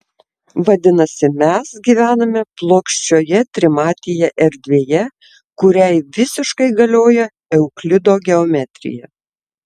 vadinasi mes gyvename plokščioje trimatėje erdvėje kuriai visiškai galioja euklido geometrija